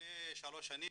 שלפני שלוש שנים